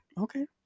Okay